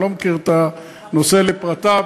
אני לא מכיר את הנושא לפרטיו.